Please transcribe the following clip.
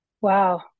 Wow